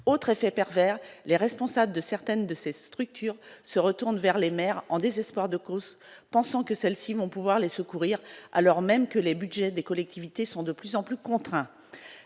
autre effet pervers, les responsables de certaines de ses structures, se retournent vers les maires en désespoir de cause, pensant que celles-ci vont pouvoir les secourir, alors même que les Budgets des collectivités sont de plus en plus contraint